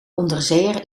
onderzeeër